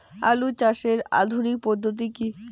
আলু চাষের আধুনিক পদ্ধতি কি?